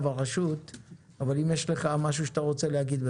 הרשות אבל אם יש לך משהו שאתה רוצה להגיד,